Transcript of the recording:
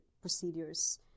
procedures